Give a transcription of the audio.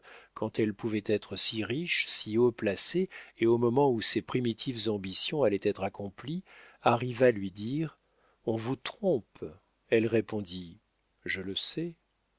quand elle pouvait être si riche si haut placée et au moment où ses primitives ambitions allaient être accomplies arriva lui dire on vous trompe elle répondit je le sais